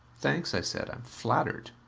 thanks, i said. i'm flattered.